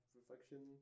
reflection